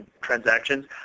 transactions